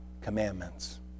commandments